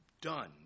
done